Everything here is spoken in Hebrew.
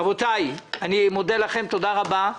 רבותיי, אני מודה לכם, תודה רבה.